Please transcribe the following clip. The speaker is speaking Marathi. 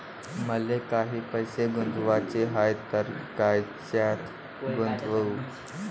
मले काही पैसे गुंतवाचे हाय तर कायच्यात गुंतवू?